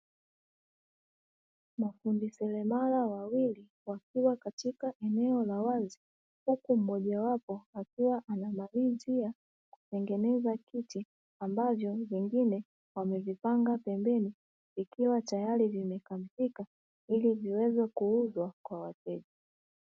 Mafundi seremala wawili wakiwa katika eneo la wazi, huku mmoja wapo akiwa anamalizia kutengeneza kiti, ambavyo vingine wamevipanga pembeni ikiwa tayari vimekamilika ili viweze kuuzwa kwa wateja.